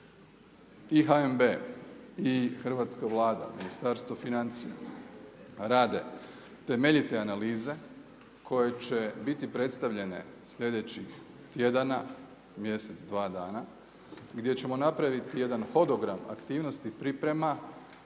I HNB i hrvatska Vlada i Ministarstvo financija rade temeljite analize koje će biti predstavljene slijedećih tjedana, mjesec, dva dana, gdje ćemo napraviti jedan hodogram aktivnosti priprema